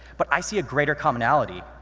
but i see a greater commonality.